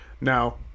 Now